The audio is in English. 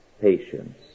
patience